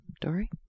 Dory